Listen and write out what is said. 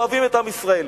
אוהבים את עם ישראל.